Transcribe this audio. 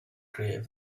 creative